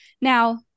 Now